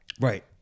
Right